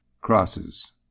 Crosses